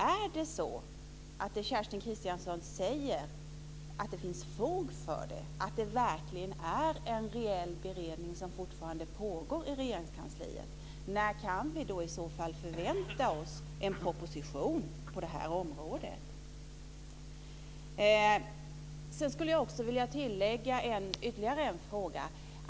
Är det så som Kerstin Kristiansson säger? Finns det fog för det? Är det verkligen en reell beredning som fortfarande pågår i Regeringskansliet? När kan vi då i så fall förvänta oss en proposition på det här området? Sedan skulle jag också vilja lägga till ytterligare en fråga.